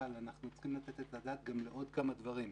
אבל אנחנו צריכים לתת את הדעת לעוד כמה דברים.